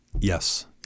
yes